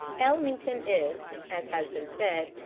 ellmington is, as has been said,